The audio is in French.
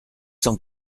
cent